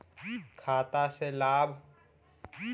खाता से लाभ?